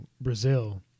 Brazil